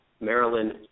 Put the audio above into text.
Maryland